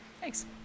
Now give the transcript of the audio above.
Thanks